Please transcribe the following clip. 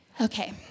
okay